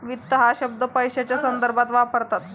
वित्त हा शब्द पैशाच्या संदर्भात वापरतात